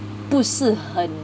不是很